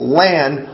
land